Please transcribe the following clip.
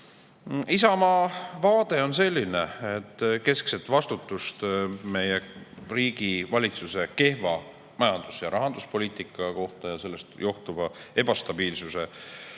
Isamaa vaade on selline, et keskset vastutust meie riigi valitsuse kehva majandus- ja rahanduspoliitika ning sellest johtuva ebastabiilsuse eest